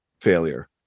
failure